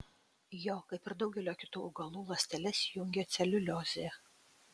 jo kaip ir daugelio kitų augalų ląsteles jungia celiuliozė